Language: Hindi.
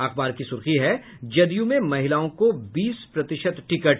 अखबार की सुर्खी है जदयू में महिलाओं को बीस प्रतिशत टिकट